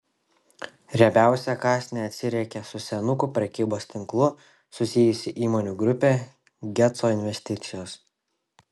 riebiausią kąsnį atsiriekė su senukų prekybos tinklu susijusi įmonių grupė geco investicijos